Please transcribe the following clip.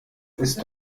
ist